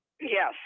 Yes